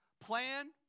plan